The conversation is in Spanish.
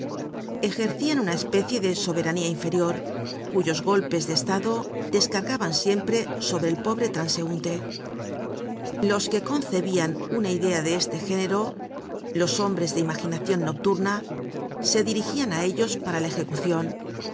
ejercian una especie de soberanía inferior cuyos golpes de estado descargaban siempre sobre el pobre transeunte los que concebian una idea de este género los hombres de imaginacion nocturna se dirigian á ellos para la ejecucion